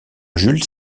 jules